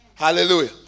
Hallelujah